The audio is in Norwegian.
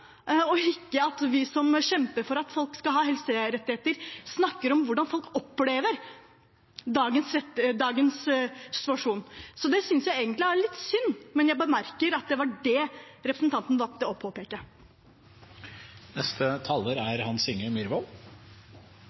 og ikke at vi som kjemper for at folk skal ha helserettigheter, snakker om hvordan folk opplever dagens situasjon. Det synes jeg egentlig er litt synd, men jeg bemerker at det var det representanten valgte å påpeke.